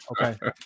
okay